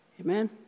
Amen